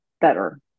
better